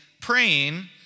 praying